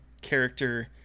character